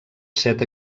set